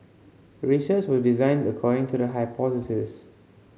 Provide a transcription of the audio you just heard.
research was designed according to the hypothesis